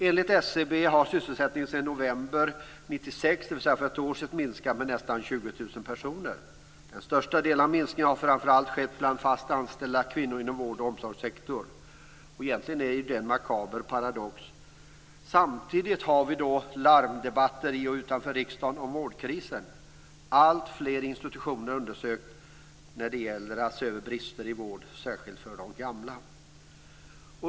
Enligt Den största delen av minskningen har framför allt skett bland fast anställda kvinnor inom vård och omsorgssektorn. Det är egentligen en makaber paradox. Samtidigt har vi larmdebatter i och utanför riksdagen om vårdkrisen. Alltfler institutioner undersöks när det gäller att se över brister i vård, särskilt för de gamla.